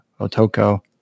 Otoko